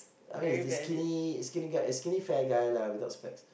I mean it's this skinny skinny guy eh skinny fair guy lah without specs